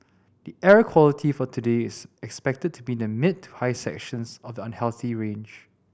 the air quality for today is expected to be in the mid to high sections of the unhealthy range